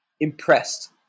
impressed